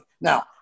Now